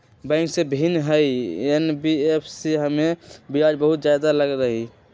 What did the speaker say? Bank से भिन्न हई एन.बी.एफ.सी इमे ब्याज बहुत ज्यादा लगहई?